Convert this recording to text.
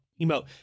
Emote